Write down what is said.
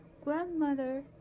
Grandmother